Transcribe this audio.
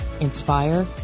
inspire